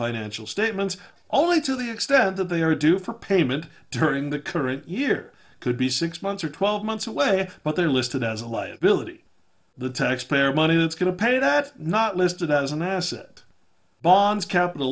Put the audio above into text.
financial statements only to the extent that they are due for payment during the current year could be six months or twelve months away but they're listed as a liability the taxpayer money that's going to pay that not listed as an asset bonds capital